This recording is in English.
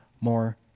more